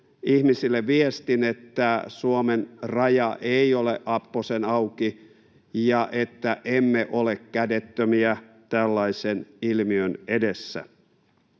ihmisille viestin, että Suomen raja ei ole apposen auki ja että emme ole kädettömiä tällaisen ilmiön edessä.